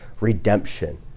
Redemption